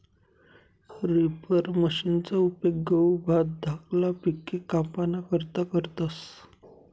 reaper मशिनना उपेग गहू, भात धाकला पिके कापाना करता करतस